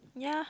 yeah